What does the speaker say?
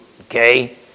okay